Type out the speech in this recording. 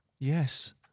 Yes